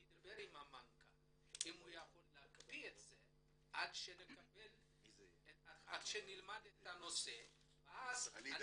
אני אדבר עם המנכ"ל אם הוא יכול להקפיא עד שנלמד את הנושא ואז אני